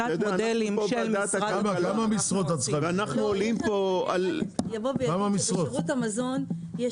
כמה משרות את צריכה בשירות המזון יש